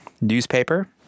newspaper